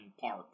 park